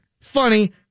funny